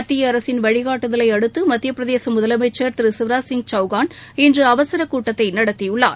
மத்திய அரசின் வழிகாட்டுதலை அடுத்து மத்திய பிரதேச முதலமைச்சர் திரு சிவராஜ் சிங் சௌஹான் இன்று அவசர கூட்டத்தை நடத்தியுள்ளார்